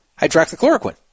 hydroxychloroquine